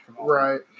Right